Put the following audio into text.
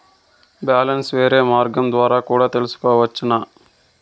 Balance వేరే మార్గం ద్వారా కూడా తెలుసుకొనొచ్చా?